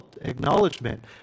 acknowledgement